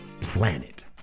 planet